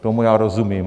Tomu já rozumím.